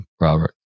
Robert